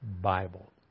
Bible